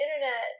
internet